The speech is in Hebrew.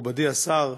מכובדי השר,